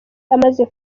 amaze